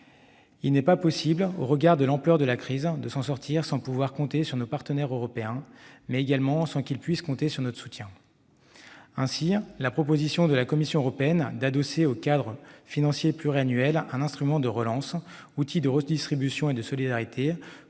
Il n'est pas possible, au regard de l'ampleur de la crise, de s'en sortir sans pouvoir compter sur nos partenaires européens, mais également sans qu'ils puissent compter sur notre soutien. Ainsi, la proposition de la Commission européenne d'adosser au cadre financier pluriannuel un instrument de relance, outil de redistribution et de solidarité,